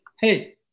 Hey